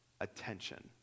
attention